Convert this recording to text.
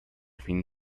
fin